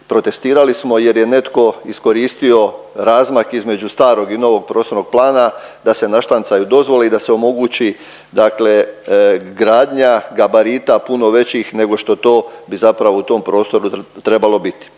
protestirali smo jer je netko iskoristio razmak između starog i novog prostornog plana da se naštancaju dozvole i da se omogući, dakle gradnja gabarita puno većih nego što to bi zapravo u tom prostoru trebalo biti.